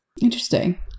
Interesting